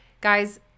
guys